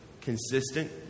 Consistent